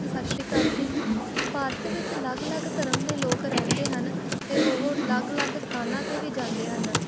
ਸਤਿ ਸ਼੍ਰੀ ਕਾਲ ਜੀ ਭਾਰਤ ਵਿੱਚ ਅਲੱਗ ਅਲੱਗ ਧਰਮ ਦੇ ਲੋਕ ਰਹਿੰਦੇ ਹਨ ਅਤੇ ਉਹ ਅਲੱਗ ਅਲੱਗ ਸਥਾਨਾਂ 'ਤੇ ਵੀ ਜਾਂਦੇ ਹਨ